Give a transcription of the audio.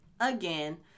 again